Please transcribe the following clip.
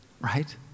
right